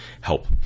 help